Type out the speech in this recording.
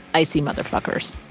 icy motherfuckers.